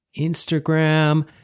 Instagram